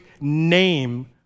name